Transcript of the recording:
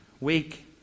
week